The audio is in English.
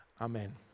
amen